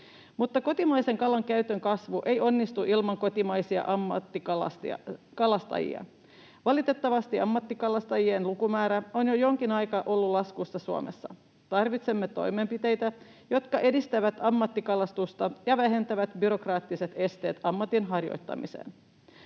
Mutta kotimaisen kalan käytön kasvu ei onnistu ilman kotimaisia ammattikalastajia. Valitettavasti ammattikalastajien lukumäärä on jo jonkin aikaa ollut laskussa Suomessa. Tarvitsemme toimenpiteitä, jotka edistävät ammattikalastusta ja vähentävät byrokraattisia esteitä ammatinharjoittamiseen.